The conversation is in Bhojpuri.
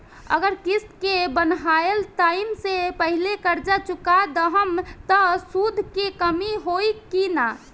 अगर किश्त के बनहाएल टाइम से पहिले कर्जा चुका दहम त सूद मे कमी होई की ना?